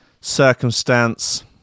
circumstance